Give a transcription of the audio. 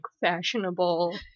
fashionable